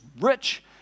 rich